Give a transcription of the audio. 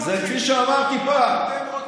זה, כפי שאמרתי פעם, מה אתם רוצים?